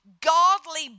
godly